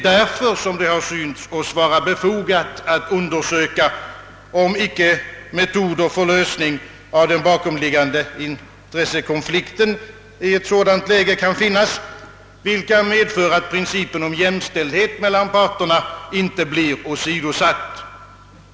Därför har det synts oss befogat att undersöka, om det inte i ett sådant läge kan finnas metoder för att lösa den bakomliggande intressekonflikten på sådant sätt, att principen om jämställdhet mellan parterna inte blir åsidosatt.